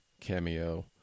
Cameo